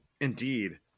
Indeed